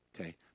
okay